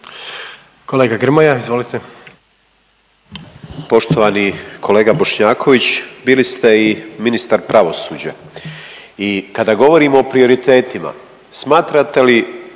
Kolega Grmoja, izvolite.